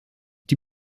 die